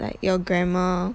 like your grammar